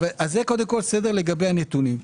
זה לגבי הנתונים.